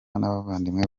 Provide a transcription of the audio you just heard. n’abavandimwe